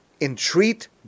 entreat